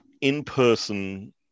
in-person